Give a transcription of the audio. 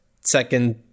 second